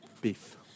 beef